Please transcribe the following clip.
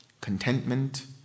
Contentment